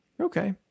Okay